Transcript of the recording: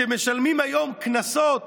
שמשלמים היום קנסות